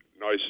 nice